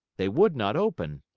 they would not open.